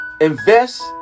Invest